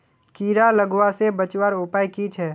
कीड़ा लगवा से बचवार उपाय की छे?